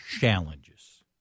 challenges